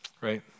right